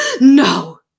no